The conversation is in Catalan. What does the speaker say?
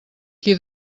qui